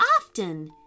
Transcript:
often